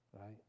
right